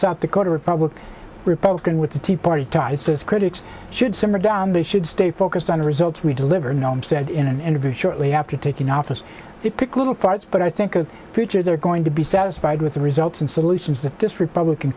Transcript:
south dakota republican republican with the tea party types says critics should simmer down they should stay focused on the results we deliver noam said in an interview shortly after taking office to pick little fights but i think a future they're going to be satisfied with the results and solutions that this republican